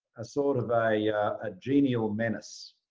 a sort of a a genial menace.